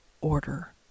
order